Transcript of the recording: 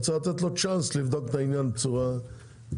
צריך לתת לו צ'אנס לבדוק את העניין בצורה אחרת.